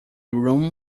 room